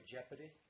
Jeopardy